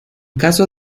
caso